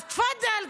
אז תפדל,